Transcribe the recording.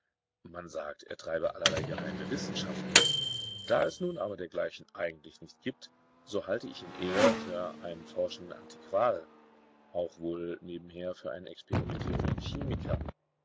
man sagt er treibe allerlei geheime wissenschaften da es nun aber dergleichen eigentlich nicht gibt so halte ich ihn eher für einen forschenden antiquar auch wohl nebenher für einen experimentierenden chemiker